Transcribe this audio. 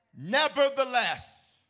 Nevertheless